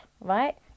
right